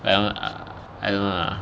well I don't know lah